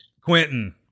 Quentin